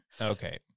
Okay